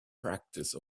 practice